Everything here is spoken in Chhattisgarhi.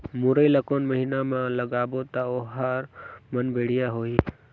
मुरई ला कोन महीना मा लगाबो ता ओहार मान बेडिया होही?